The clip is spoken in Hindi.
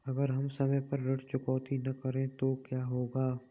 अगर हम समय पर ऋण चुकौती न करें तो क्या होगा?